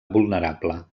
vulnerable